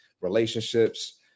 relationships